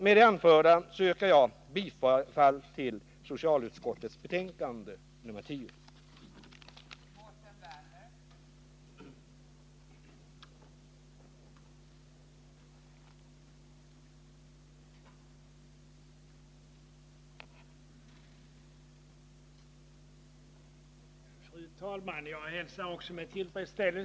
Med det anförda yrkar jag bifall till socialutskottets hemställan i betänkandet nr 10.